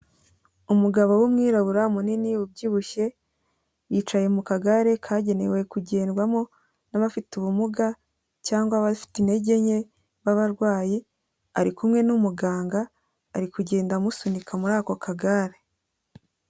Umugabo w'umwirabura munini ubyibushye, yicaye mu kagare kagenewe kugendwamo n'abafite ubumuga cyangwa abafite intege nke babarwayi, ari kumwe n'umuganga ari kugenda amusunika muri ako kagare.